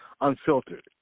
unfiltered